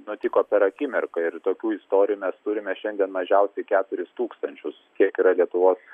nutiko per akimirką ir tokių istorijų mes turime šiandien mažiausiai keturis tūkstančius kiek yra lietuvos